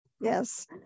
Yes